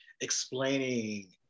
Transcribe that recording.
explaining